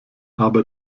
aber